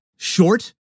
short